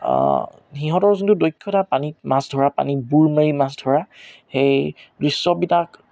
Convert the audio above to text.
সিহঁতৰ যোনটো দক্ষতা পানীত মাছ ধৰা পানীত বুৰ মাৰি মাছ ধৰা সেই দৃশ্যবিলাক